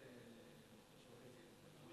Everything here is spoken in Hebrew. ועלו